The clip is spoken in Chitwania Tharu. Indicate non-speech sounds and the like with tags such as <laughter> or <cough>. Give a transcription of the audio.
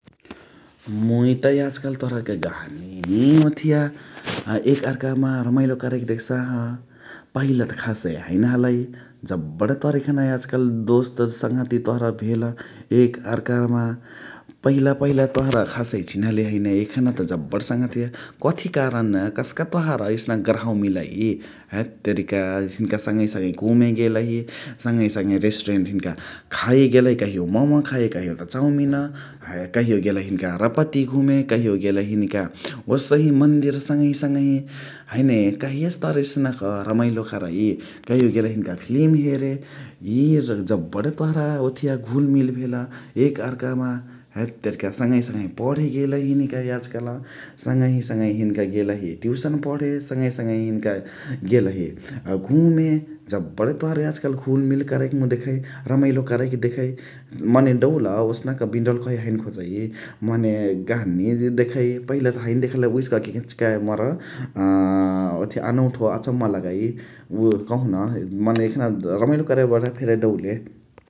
मुइ त याज्कालु तोहरा के जहाँनी ओथिया एकआर्का के मा रमाइलो करइ कि देख्साहा । पहिला त खासय हैने हलइ जब्बणा तोहरा यखना याज्कालु दोस्त सङ्हतिया त तोहरा भेल । <noise> एकआर्का मा <noise> पहिला पहिला त तोहरा खासय चिन्हले हैने यखना त जब्बणा सङ्हतिया । कथी कारण कथी तोहरा एस्नक गर्हावा मिलइ हत्तेरिका हिनिका सङअही सङअही घुमे गेलही <noise> सङअही सङअही रेस्टुरेन्ट हिनिका खाय गेलही कहियो म:मा खाय गेलही कहियो त चाउमिन । कहियो त गेलही हिनिका रपती घुमे कहियो त गेलही हिनिका ओसही मन्दिर सङअही सङअही । हैने कहियासे तोहरा एस्नक रमाइलो करइ, कहियो गेलही फिलिम हेरे <unintelligible> जब्बणा तोहरा ओथिया घुल्मिल भेल । एकआर्का म हत्तेरिका सङअही सङअही पणे गेलही हिनिका याज्काल, सङअही सङअही हिनिका गेलही टिउसन पणे, सङअही सङअही हिनिका गेलही घुमे जब्बणा तोहरा याज्काल घुल्मिल करइ देखइ रमाइलो करइ देखइ । मने डउल्, ओस्नक बिन्डउल कहे हैने खोजइ मने गहनी देखइ पहिला त हैने देखले उहेस क के इचिका मोर <hesitation> ओथिया अनउठो अचम्मा लगइ उव कहुन मने यखना रमाइलो करइ बणहा फेरी डउले ।